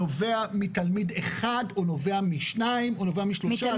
זה נובע מתלמיד אחד או נובע משניים או נובע משלושה?